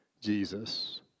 Jesus